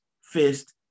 fist